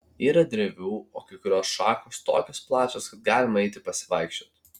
yra drevių o kai kurios šakos tokios plačios kad galima eiti pasivaikščioti